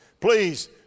please